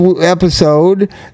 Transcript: episode